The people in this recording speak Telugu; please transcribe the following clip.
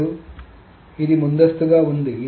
ఇప్పుడు ఇది ముందస్తుగా ఉంది